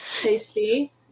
Tasty